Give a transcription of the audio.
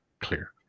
clear